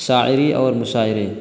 شاعری اور مشاعرے